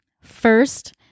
first